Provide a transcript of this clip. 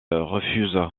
refuse